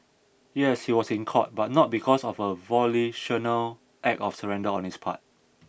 yes he was in court but not because of a volitional act of surrender on his part